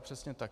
Přesně tak.